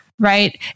right